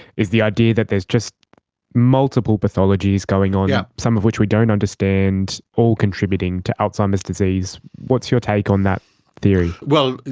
is the idea that there is just multiple pathologies going on, yeah some of which we don't understand, all contributing to alzheimer's disease. what's your take on that theory? well,